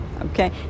okay